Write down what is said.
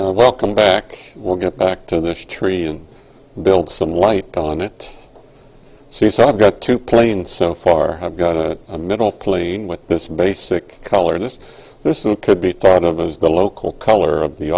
i welcome back we'll get back to this tree and build some light on it since i've got to play and so far i've got a middle plane with this basic color and this could be thought of as the local color of the